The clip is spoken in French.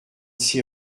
six